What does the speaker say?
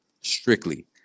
strictly